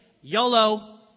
YOLO